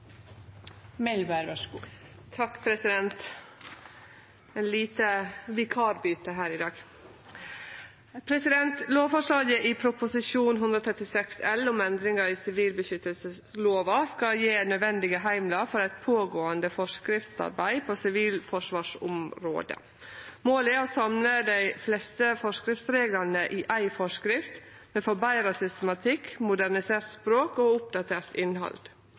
Melvær, istedenfor Ingunn Foss, som er ordfører for saken. Eit lite vikarbyte her i dag. Lovforslaget i Prop. 136 L om endringar i sivilbeskyttelseslova skal gje nødvendige heimlar for eit pågåande forskriftsarbeid på sivilforsvarsområdet. Målet er å samle dei fleste forskriftsreglane i éi forskrift, med forbetra systematikk, modernisert språk og oppdatert innhald.